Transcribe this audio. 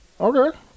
Okay